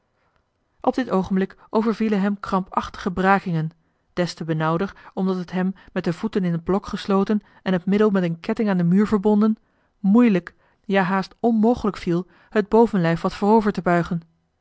op dit oogenblik overvielen hem krampachtige brakingen des te benauwder omdat het hem met de voeten in het blok gesloten en het middel met een ketting aan den muur verbonden moeilijk ja haast onmogelijk viel het bovenlijf wat voorover te buigen